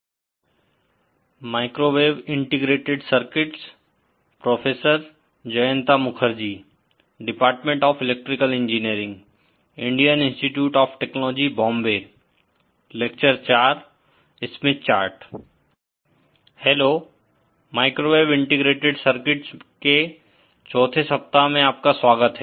hello microwave integrated circuits के चौथे सप्ताह मैं आपका स्वागत है